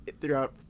throughout